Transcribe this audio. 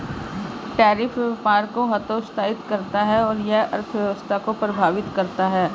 tariff व्यापार को हतोत्साहित करता है और यह अर्थव्यवस्था को प्रभावित करता है